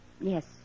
Yes